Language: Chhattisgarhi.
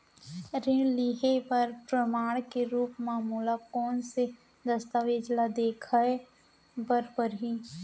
ऋण लिहे बर प्रमाण के रूप मा मोला कोन से दस्तावेज ला देखाय बर परही?